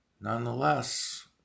nonetheless